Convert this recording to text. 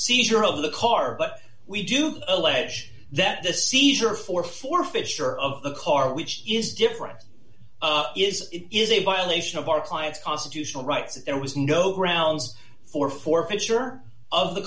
seizure of the car but we do allege that the seizure for for fisher of the car which is different is it is a violation of our client's constitutional rights there was no grounds for forfeiture of the